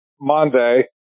Monday